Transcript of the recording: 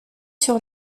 sur